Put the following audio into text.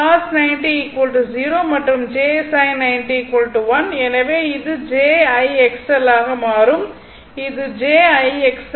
எனவே cos 90 0 மற்றும் j sin 90 1 எனவே இது j I XL ஆக மாறும் இது j I XL